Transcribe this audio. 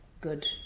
good